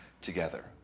together